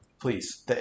please